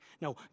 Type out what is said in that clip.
no